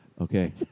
Okay